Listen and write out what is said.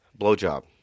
Blowjob